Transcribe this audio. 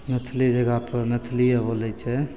मैथिली जगहपर मैथिलीये बोलय छै